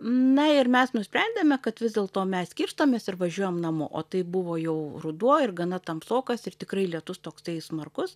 na ir mes nusprendėme kad vis dėl to mes skirstomės ir važiuojam namo o tai buvo jau ruduo ir gana tamsokas ir tikrai lietus toksai smarkus